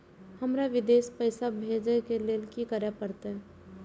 हमरा विदेश पैसा भेज के लेल की करे परते?